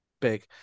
big